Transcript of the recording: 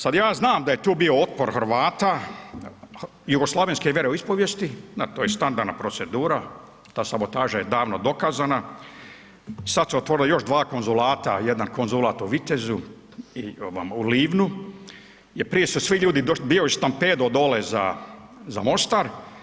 Sad ja znam da je tu bio otpor Hrvata jugoslavenske vjeroispovijesti, no to je standardna procedura, ta sabotaža je davno dokazana, sad su otvorila još dva konzulata, jedan konzulat u Vitezu i u Livnu jer prije su svi ljudi bili stampedo dole za Mostar.